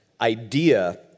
idea